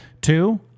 Two